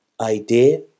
idea